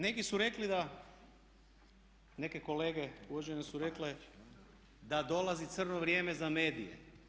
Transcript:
Neki su rekli da, neke kolege uvažene su rekle da dolazi crno vrijeme za medije.